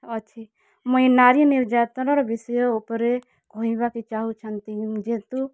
ଅଛି ମୁଇଁ ନାରୀ ନିର୍ଯାତନାର ବିଷୟ ଉପରେ କହିବାକେ ଚାହୁଁଛନ୍ତି ଯେହେତୁ